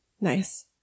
Nice